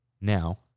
now